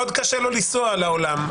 מאוד קשה לו לנסוע לעולם,